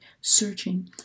searching